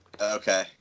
Okay